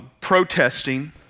protesting